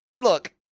look